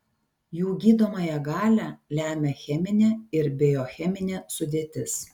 jų gydomąją galią lemia cheminė ir biocheminė sudėtis